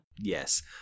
Yes